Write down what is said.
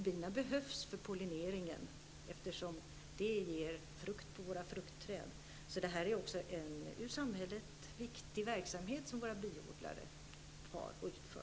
Bina behövs för pollineringen, eftersom det ger frukt på våra fruktträd. Detta är alltså även ur samhällets synvinkel en viktig verksamhet som biodlarna bedriver.